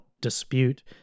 dispute